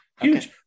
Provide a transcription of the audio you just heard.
Huge